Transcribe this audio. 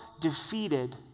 defeated